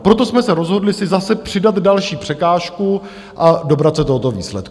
Proto jsme se rozhodli si zase přidat další překážku a dobrat se tohoto výsledku.